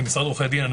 כמשרד לעורכי דין,